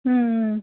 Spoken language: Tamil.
ம் ம்